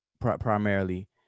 primarily